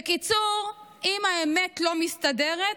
בקיצור, אם האמת לא מסתדרת,